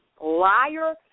liar